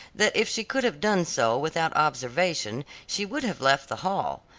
that if she could have done so without observation, she would have left the hall.